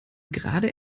gerade